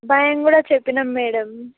భయం కూడా చెప్పినం మేడమ్